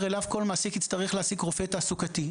אליו כל מעסיק יצטרך להעסיק רופא תעסוקתי.